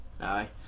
aye